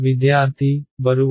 విద్యార్థి బరువులు